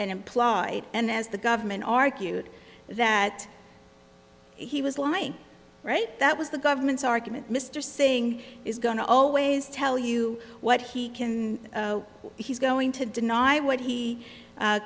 and implied and as the government argued that he was lying right that was the government's argument mr singh is going to always tell you what he can and he's going to deny what he